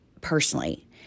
personally